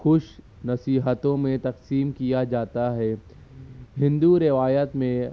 خوش نصیحتوں میں تقسیم کیا جاتا ہے ہندو روایت میں